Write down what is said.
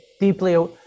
deeply